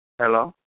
Hello